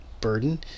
burden